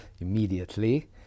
immediately